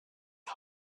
his